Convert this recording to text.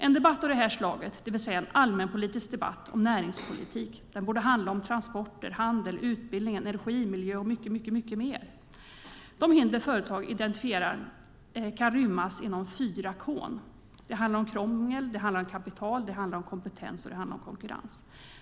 En debatt av detta slag, det vill säga en allmänpolitisk debatt om näringspolitik, borde handla om transporter, handel, utbildning, energi, miljö och mycket mer. De hinder företag identifierar handlar om fyra k:n. Det handlar om krångel, kapital, kompetens och konkurrens.